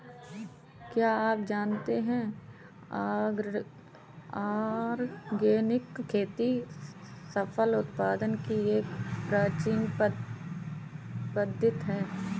क्या आप जानते है ऑर्गेनिक खेती फसल उत्पादन की एक प्राचीन पद्धति है?